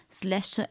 slash